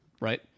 right